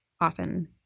often